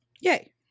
yay